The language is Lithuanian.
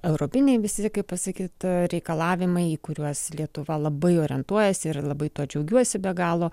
europiniai visi kaip pasakyt reikalavimaiį kuriuos lietuva labai orientuojasi ir labai tuo džiaugiuosi be galo